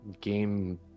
game